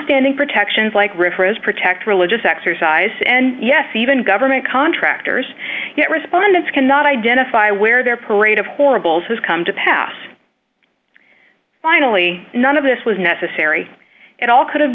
standing protections like refroze protect religious exercise and yes even government contractors respondents cannot identify where their parade of horribles has come to pass finally none of this was necessary at all could have